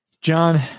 John